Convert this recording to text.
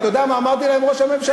אתה יודע מה אמרתי להם, ראש הממשלה?